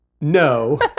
No